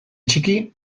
txiki